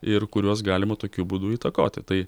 ir kuriuos galima tokiu būdu įtakoti tai